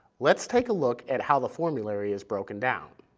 let's take a look at how the formulary is broken down.